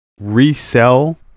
resell